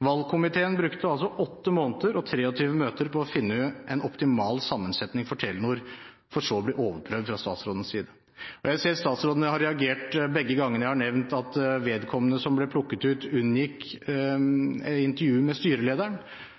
Valgkomiteen brukte altså 8 måneder og 23 møter på å finne en optimal sammensetning for Telenor, for så å bli overprøvd fra statsrådens side. Jeg har sett at statsråden har reagert begge gangene jeg har nevnt at vedkommende som ble plukket ut, unngikk intervju med styrelederen.